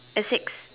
it six